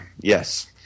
yes